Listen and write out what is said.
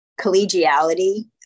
collegiality